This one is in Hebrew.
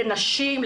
לנשים,